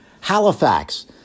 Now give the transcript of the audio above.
Halifax